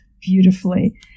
beautifully